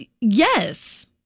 Yes